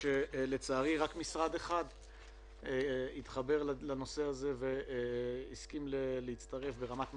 לצערי רק משרד אחד התחבר לנושא הזה והסכים להצטרף ברמת מנכ"ל,